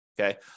Okay